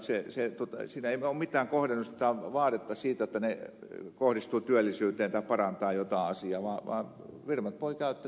siinä ei ole mitään kohdennusta tai vaadetta siitä että ne rahat kohdistuvat työllisyyteen tai parantavat jotain asiaa vaan firmat voivat käyttää varat niin kuin haluavat